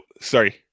sorry